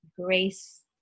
grace